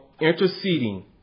interceding